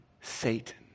Satan